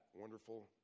wonderful